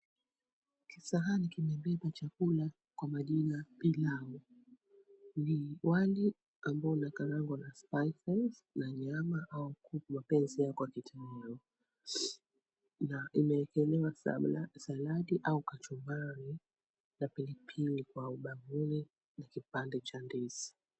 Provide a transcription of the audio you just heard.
Kisahani kimebeba chakula kwa majina pilau; ni wali ambao unakaangwa na spices na nyama au kwa mapenzi yako mwenyewe na imeekelewa saladi au kachumbari na pilipili kwa umbali na kipande cha ndizi.